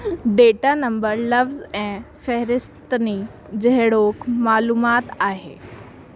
data number लफ्ज़ु ऐं फ़हरिस्तनि जहिड़ोक मालूमात आहे